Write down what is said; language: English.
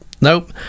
nope